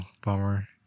bummer